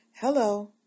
Hello